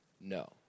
no